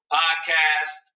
podcast